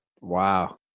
Wow